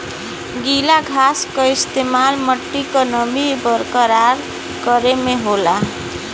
गीला घास क इस्तेमाल मट्टी क नमी बरकरार करे में होला